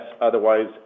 otherwise